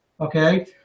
okay